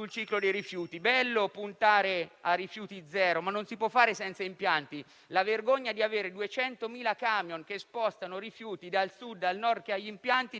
il ciclo dei rifiuti: è bello puntare a rifiuti zero, ma non lo si può fare senza impianti. La vergogna di avere 200.000 camion che spostano rifiuti dal Sud al Nord, dove si trovano